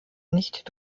nicht